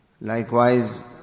Likewise